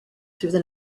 through